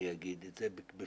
אני אגיד את זה בפירוש,